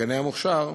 בגני המוכש"ר,